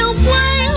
away